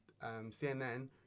CNN